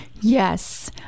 Yes